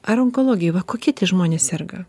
ar onkologijoj va kokie žmonės serga